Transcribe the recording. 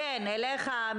הוצאות.